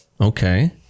Okay